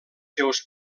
seus